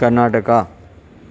Karnataka